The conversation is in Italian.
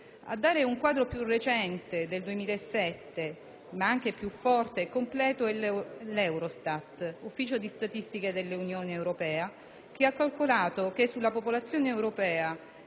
A dare un quadro più recente, del 2007, ma anche più forte e completo, è l'Eurostat, Ufficio di statistiche dell'Unione europea, il quale ha calcolato che sulla popolazione europea